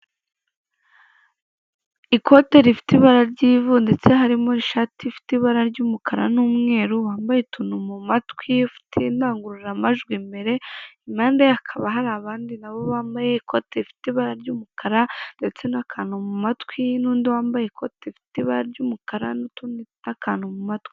Ikote rifite ibara ry'ivu ndetse harimo ishati ifite ibara ry'umukara n'umweru, wambaye utuntu mu matwi ufite indangururamajwi imbere, impande ye hakaba hari abandi nabo bambaye ikote rifite ibara ry'umukara ndetse n'akantu mu matwi, n'undi wambaye ikote rifite ibara ry'umukara n'akantu mu matwi.